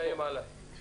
זה גם יעלה הרבה כסף.